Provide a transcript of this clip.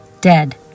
dead